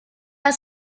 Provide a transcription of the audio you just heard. are